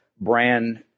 brand